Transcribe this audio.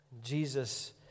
Jesus